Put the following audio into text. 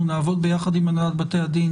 אנחנו נעבוד ביחד עם הנהלת בתי הדין,